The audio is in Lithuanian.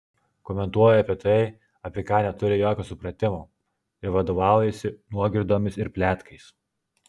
komentuoja apie tai apie ką neturi jokio supratimo ir vadovaujasi nuogirdomis ir pletkais